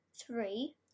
three